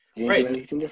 Right